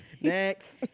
Next